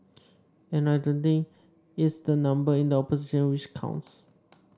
and I don't think it's the number in the opposition which counts